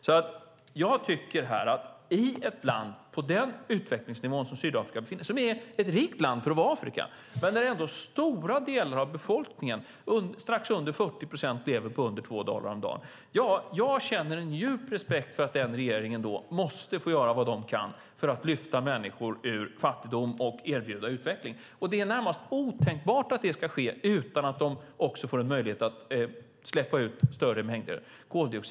Sydafrika är ett rikt land för att vara ett afrikanskt land, men trots det lever strax under 40 procent på under 2 dollar om dagen. Jag känner en djup respekt för att regeringen i Sydafrika måste göra vad man kan för att lyfta människor ur fattigdom och erbjuda utveckling. Det är närmast otänkbart att det ska ske utan att man också får en möjlighet att släppa ut större mängder koldioxid.